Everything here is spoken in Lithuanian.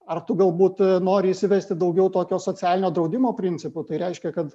ar tu galbūt nori įsivesti daugiau tokio socialinio draudimo principu tai reiškia kad